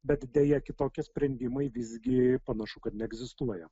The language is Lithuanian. bet deja kitokie sprendimai visgi panašu kad neegzistuoja